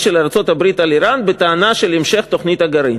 של ארצות-הברית על איראן בטענה של המשך תוכנית הגרעין.